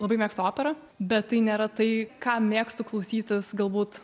labai mėgstu operą bet tai nėra tai ką mėgstu klausytis galbūt